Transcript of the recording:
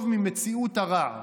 טוב ממציאות הרע,